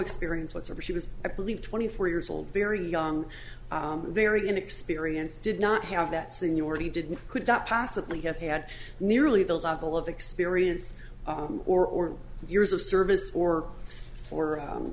experience whatsoever she was i believe twenty four years old very young very inexperienced did not have that seniority didn't could not possibly have had nearly the level of experience or years of service or for